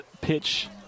pitch